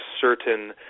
certain